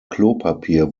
klopapier